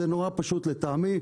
זה נורא פשוט לטעמי.